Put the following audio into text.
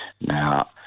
Now